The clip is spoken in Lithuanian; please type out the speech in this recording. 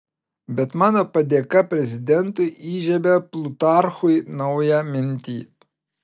bet mano padėka prezidentui įžiebia plutarchui naują mintį